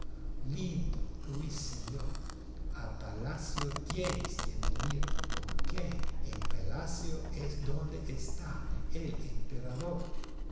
lindo ruiseñor a palacio tienes que venir porque en palacio es donde está el emperador